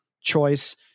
choice